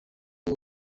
ngo